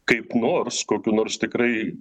kaip nors kokiu nors tikrai